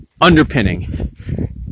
underpinning